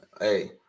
Hey